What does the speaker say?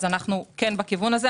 אנחנו כן בכיוון הזה.